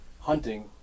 Hunting